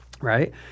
Right